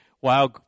wow